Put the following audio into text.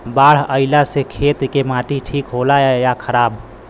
बाढ़ अईला से खेत के माटी ठीक होला या खराब?